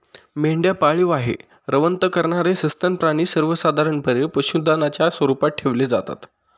मेंढ्या पाळीव आहे, रवंथ करणारे सस्तन प्राणी सर्वसाधारणपणे पशुधनाच्या स्वरूपात ठेवले जातात